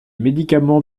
médicaments